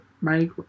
Mike